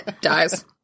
dies